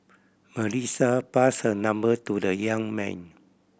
Melissa passed her number to the young man